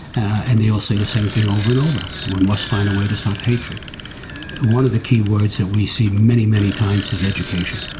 and they all say the same thing over and over one must find a way to stop hatred. and one of the key words that we see many, many times is education,